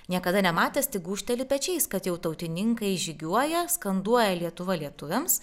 niekada nematęs tik gūžteli pečiais kad jau tautininkai žygiuoja skanduoja lietuva lietuviams